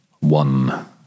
one